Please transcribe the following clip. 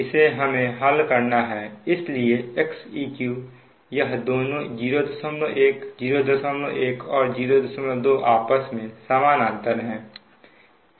इसे हमें हल करना है इसलिए xeq यह दोनों 01 01 और 02 आपस में समानांतर हैं